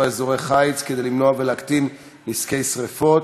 אזורי חיץ כדי למנוע ולהקטין נזקי שרפות,